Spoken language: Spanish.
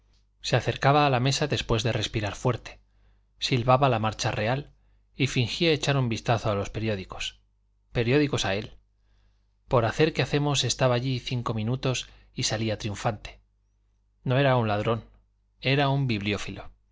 se acercaba a la mesa después de respirar fuerte silbaba la marcha real y fingía echar un vistazo a los periódicos periódicos a él por hacer que hacemos estaba allí cinco minutos y salía triunfante no era un ladrón era un